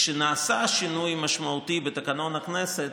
כשנעשה שינוי משמעותי בתקנון הכנסת,